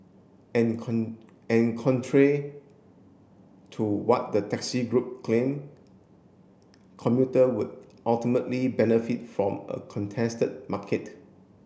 and and contrary to what the taxi group claim commuter would ultimately benefit from a contested market